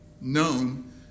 known